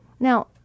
Now